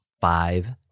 five